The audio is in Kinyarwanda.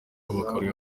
bakareba